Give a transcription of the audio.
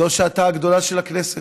זו שעתה הגדולה של הכנסת: